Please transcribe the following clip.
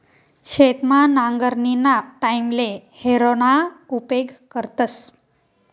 शेतमा नांगरणीना टाईमले हॅरोना उपेग करतस